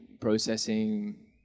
processing